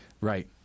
right